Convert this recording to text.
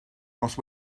nos